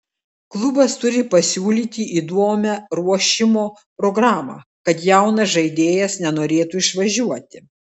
klubas turi pasiūlyti įdomią ruošimo programą kad jaunas žaidėjas nenorėtų išvažiuoti